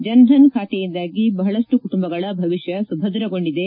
ಜನ್ ಧನ್ ಖಾತೆಯಿಂದಾಗಿ ಬಹಳಷ್ಟು ಕುಟುಂಬಗಳ ಭವಿಷ್ಣ ಸುಭದ್ರಗೊಂಡಿದೆ